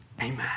Amen